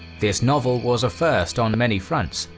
this novel was a first on many fronts,